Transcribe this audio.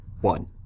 One